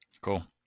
cool